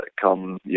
come